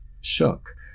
Shook